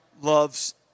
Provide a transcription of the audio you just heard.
loves